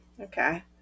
Okay